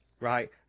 right